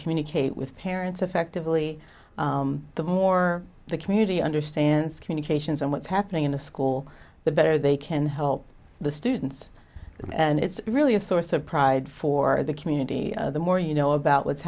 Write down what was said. communicate with parents effectively the more the community understands communications and what's happening in a school the better they can help the students and it's really a source of pride for the community the more you know about what's